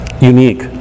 unique